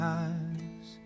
eyes